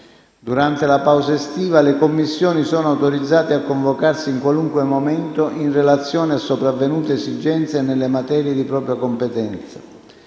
Durante la pausa estiva le Commissioni sono autorizzate a convocarsi in qualunque momento in relazione a sopravvenute esigenze nelle materie di propria competenza.